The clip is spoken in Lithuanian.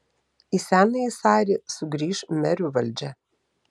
į senąjį sarį sugrįš merių valdžia